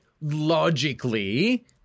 logically